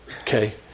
Okay